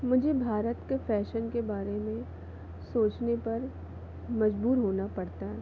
मुझे भारत के फ़ैशन के बारे में सोचने पर मजबूर होना पढ़ता है